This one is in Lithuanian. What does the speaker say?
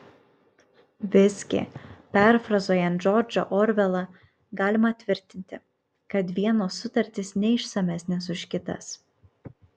visgi perfrazuojant džordžą orvelą galima tvirtinti kad vienos sutartys neišsamesnės už kitas